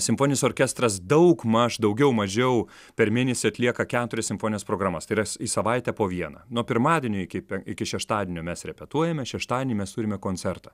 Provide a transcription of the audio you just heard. simfoninis orkestras daug maž daugiau mažiau per mėnesį atlieka keturias simfonines programas tai yra į savaitę po vieną nuo pirmadienio iki iki šeštadienio mes repetuojame šeštadienį mes turime koncertą